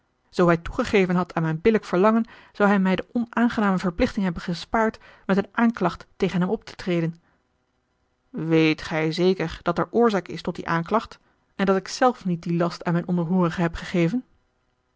zoo hij toegegeven had aan mijn billijk verlangen zou hij mij de onaangename verplichting hebben gespaard met eene aanklacht tegen hem op te treden weet gij zeker dat er oorzaak is tot die aanklacht en a l g bosboom-toussaint de delftsche wonderdokter eel dat ik zelf niet dien last aan mijn onderhoorige heb gegeven